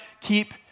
keep